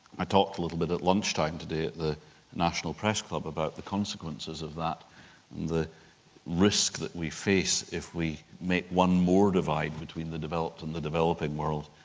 i talked a little bit at lunchtime today at the national press club about the consequences of that and the risk that we face if we make one more divide between the developed and the developing world.